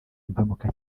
impanuka